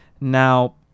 Now